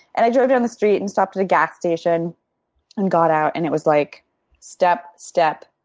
and i drove down the street and stopped at a gas station and got out and it was like step, step,